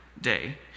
day